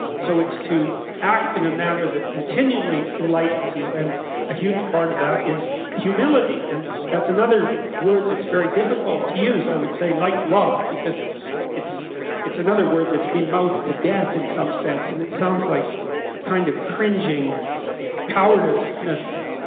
so it's to act in a manner that continually enlightens you and a huge part of that is humility, and that's another word that's very difficult to use, i would say, like love, because it's it's another word that's been mouthed to death in some sense and it sounds like kind of cringing cowardliness. that it has